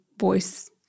voice